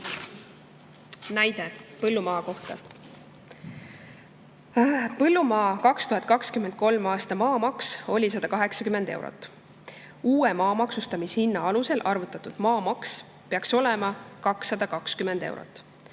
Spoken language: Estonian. Näide põllumaa kohta. Põllumaa 2023. aasta maamaks oli 180 eurot. Uue maa maksustamishinna alusel arvutatud maamaks peaks olema 220 eurot.